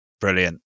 brilliant